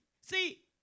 see